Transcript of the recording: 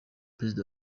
perezida